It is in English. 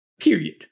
period